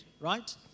right